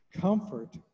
Comfort